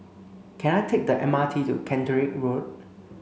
can I take the M R T to Caterick Road